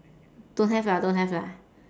don't have lah don't have lah